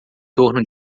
torno